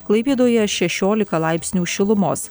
klaipėdoje šešiolika laipsnių šilumos